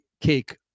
cake